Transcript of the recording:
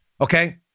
Okay